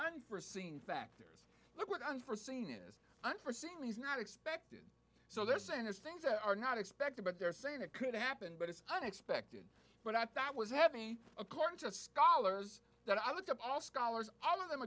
unforseen factors like what unforseen is unforseen he's not expected so they're saying there's things that are not expected but they're saying that could happen but it's unexpected but i thought that was happening according to scholars that i looked up all scholars all of them